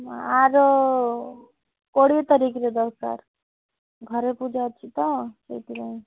ହୁଁ ୟା'ର କୋଡ଼ିଏ ତାରିଖରେ ଦରକାର ଘରେ ପୂଜା ଅଛି ତ ସେଇଥିପାଇଁ